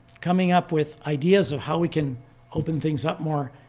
coming up with ideas of how we can open things up more,